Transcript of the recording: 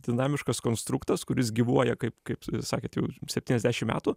dinamiškas konstruktas kuris gyvuoja kaip kaip sakėt jau septyniasdešim metų